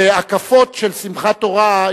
בהקפות של שמחת תורה,